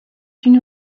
une